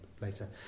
later